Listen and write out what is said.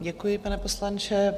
Děkuji, pane poslanče.